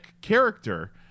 character